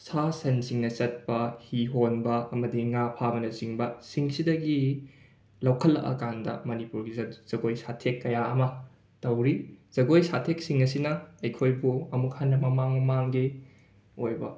ꯁꯥ ꯁꯟꯁꯤꯡꯅ ꯆꯠꯄ ꯍꯤ ꯍꯣꯟꯕ ꯑꯃꯗꯤ ꯉꯥ ꯐꯥꯕꯅꯆꯤꯡꯕꯁꯤꯡꯁꯤꯗꯒꯤ ꯂꯧꯈꯠꯂꯛꯂꯀꯥꯟꯗ ꯃꯅꯤꯄꯨꯔꯒꯤ ꯖ ꯖꯒꯣꯏ ꯁꯥꯊꯦꯛ ꯀꯌꯥ ꯑꯃ ꯇꯧꯔꯤ ꯖꯒꯣꯏ ꯁꯥꯊꯦꯛꯁꯤꯡ ꯑꯁꯤꯅ ꯑꯩꯈꯣꯏꯕꯨ ꯑꯃꯨꯛ ꯍꯟꯅ ꯃꯃꯥꯡ ꯃꯃꯥꯡꯒꯤ ꯑꯣꯏꯕ